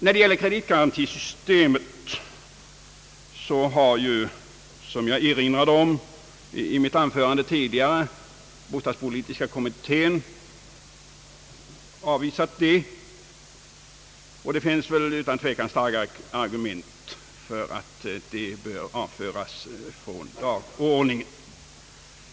Vad beträffar kreditgarantisyste met har ju, som jag erinrade om i mitt tidigare anförande, <bostadspolitiska kommittén avvisat det, och det finns utan tvekan argument för att det bör avföras från dagordningen.